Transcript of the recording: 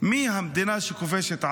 מי המדינה שכובשת עם?